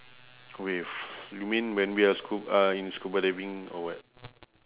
waves you mean when we are scu~ uh in scuba diving or what